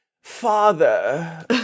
father